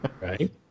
Right